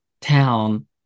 town